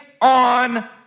on